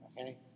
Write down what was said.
okay